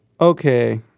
Okay